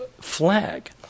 flag